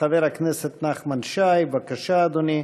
חבר הכנסת נחמן שי, בבקשה, אדוני.